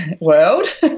World